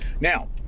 now